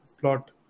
plot